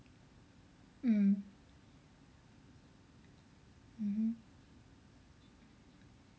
mm mmhmm